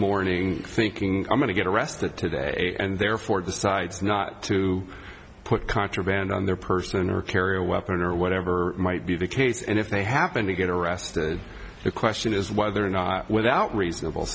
morning thinking i'm going to get arrested today and therefore decides not to put contraband on their person or carry a weapon or whatever might be the case and if they happen to get arrested the question is whether or not without reasonable